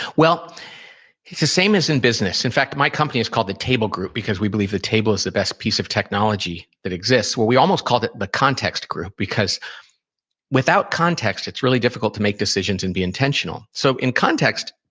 well, it's the same as in business. in fact, my company is called the table group, because we believe the table is the best piece of technology that exists. we almost called it the context group, because without context, it's really difficult to make decisions and be intentional so in context,